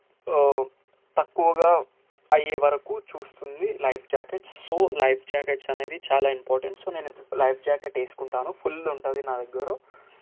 తక్కువగా అయ్యేవరకు చూస్తుంది life jacket so life jackets అనేది చాలా ఇంపార్టెంట్ సో నేను లైఫ్ జాకెట్స్ వేసుకుంటాను ఫుల్ ఉంటుంది నా దగ్గర